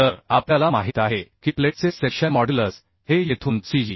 तर आपल्याला माहित आहे की प्लेटचे सेक्शन मॉड्युलस हे येथून cg